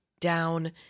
down